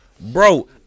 bro